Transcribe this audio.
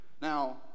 now